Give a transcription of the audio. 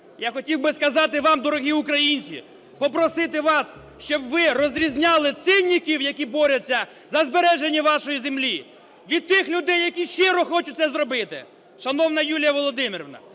Я хотів би сказати вам, дорогі українці, попросити вас, щоб ви розрізняли циніків, які борються за збереження вашої землі, від тих людей, які щиро хочуть це зробити. Шановна Юлія Володимирівна,